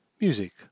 Music